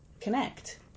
connect